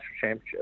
championship